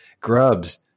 Grubs